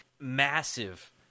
massive